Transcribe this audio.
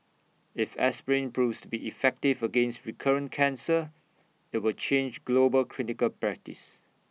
if aspirin proves be effective against recurrent cancer IT will change global clinical practice